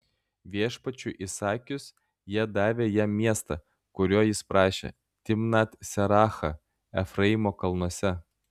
viešpačiui įsakius jie davė jam miestą kurio jis prašė timnat serachą efraimo kalnuose